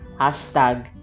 hashtag